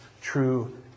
true